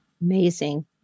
Amazing